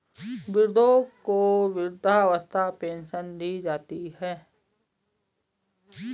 वृद्धों को वृद्धावस्था पेंशन दी जाती है